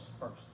first